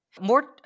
more